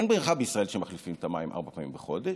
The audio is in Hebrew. אין בריכה בישראל שמחליפים את המים ארבע פעמים בחודש.